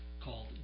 called